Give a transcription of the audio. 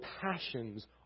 passions